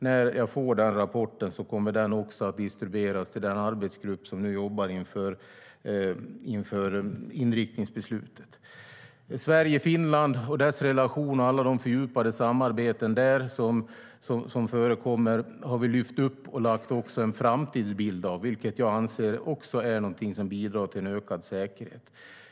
När jag får rapporten kommer den att distribueras till den arbetsgrupp som nu jobbar inför inriktningsbeslutet. Sverige-Finland-relationen och alla de fördjupade samarbeten som där förekommer har vi lyft upp och lagt till en framtidsbild, vilket jag anser också bidrar till ökad säkerhet.